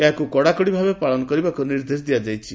ଏହାକ କଡାକଡି ଭାବେ ପାଳନ କରିବାକୁ ନିର୍ଦ୍ଦେଶ ଦିଆଯାଇଛି